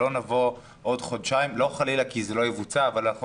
שלא נבוא בעוד חודשיים לא חלילה כי זה לא יבוצע אבל אנחנו